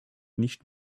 nicht